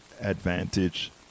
Advantage